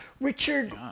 Richard